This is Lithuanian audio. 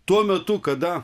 tuo metu kada